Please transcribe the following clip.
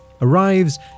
arrives